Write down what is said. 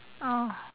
oh